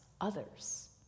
others